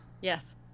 Yes